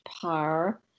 power